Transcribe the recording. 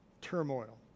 turmoil